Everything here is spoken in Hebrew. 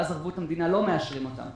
ואז ערבות המדינה לא מאשרים אותן,